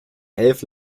elf